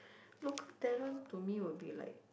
local talent to me would be like